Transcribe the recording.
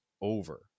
over